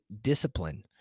discipline